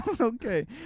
Okay